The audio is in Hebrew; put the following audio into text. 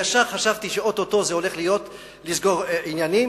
חשבתי שאו-טו-טו זה הולך לקרות, לסגור עניינים.